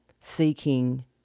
seeking